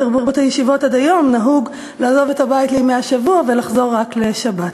בתרבות הישיבות עד היום נהוג לעזוב את הבית לימי השבוע ולחזור רק לשבת.